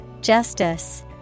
Justice